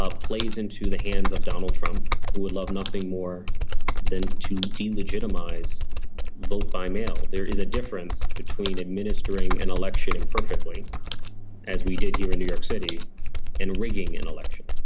ah plays into the hands of donald trump, who would love nothing more than to delegitimize vote by mail. there is a difference between administering an election and perfectly as we did here in new york city and rigging an election.